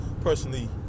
personally